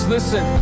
Listen